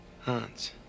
Hans